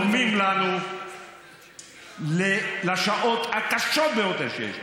גורמים לנו לשעות הקשות ביותר שיש לנו.